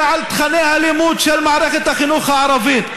על תוכני הלימוד של מערכת החינוך הערבית.